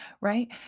Right